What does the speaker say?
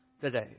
today